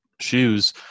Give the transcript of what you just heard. shoes